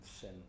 sin